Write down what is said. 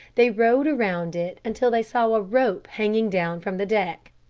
they rowed around it until they saw a rope hanging down from the deck.